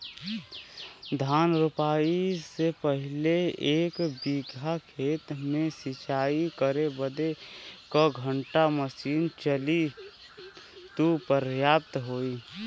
धान रोपाई से पहिले एक बिघा खेत के सिंचाई करे बदे क घंटा मशीन चली तू पर्याप्त होई?